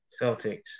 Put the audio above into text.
Celtics